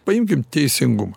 paimkim teisingumą